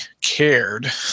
Cared